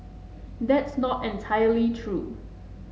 that's not entirely true